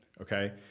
okay